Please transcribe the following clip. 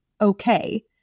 okay